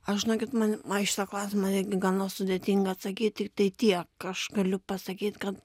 ai žinokit man į šitą klausimą netgi gana sudėtinga atsakyt tiktai tiek aš galiu pasakyt kad